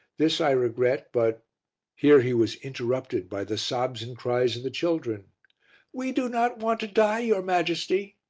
this i regret, but here he was interrupted by the sobs and cries of the children we do not want to die, your majesty!